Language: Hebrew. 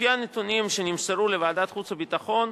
לפי הנתונים שנמסרו לוועדת החוץ והביטחון,